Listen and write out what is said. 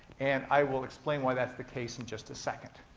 and i will explain why that's the case in just a second.